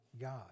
God